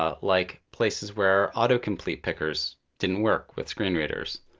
ah like places where autocomplete pickers didn't work with screen readers.